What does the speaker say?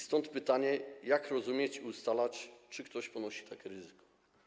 Stąd pytanie, jak to rozumieć i jak ustalać, czy ktoś ponosi takie ryzyko.